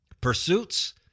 pursuits